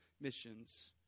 missions